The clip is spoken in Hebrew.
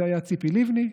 היו ציפי לבני,